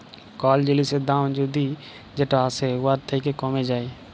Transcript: call জিলিসের দাম যদি যেট আসে উয়ার থ্যাকে কমে যায়